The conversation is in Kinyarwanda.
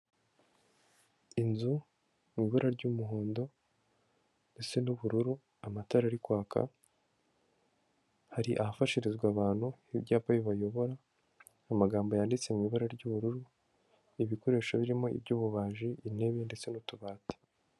Inzu mu ibara ry'umuhondo ndetse n'ubururu, amatara ari kwaka hari ahafashirizwa abantu n'ibyapa bibayobora, amagambo yanditse mu ibara ry'ubururu, ibikoresho birimo iby'ububaji intebe ndetse n'utubati.